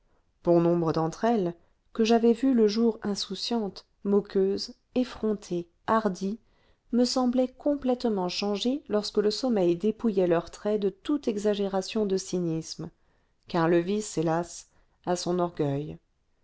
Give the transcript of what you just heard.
bon nombre d'entre elles que j'avais vues le jour insouciantes moqueuses effrontées hardies me semblaient complètement changées lorsque le sommeil dépouillait leurs traits de toute exagération de cynisme car le vice hélas a son orgueil